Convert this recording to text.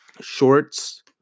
shorts